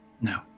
No